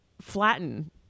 flatten